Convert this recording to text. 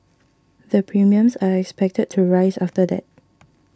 the premiums are expected to rise after that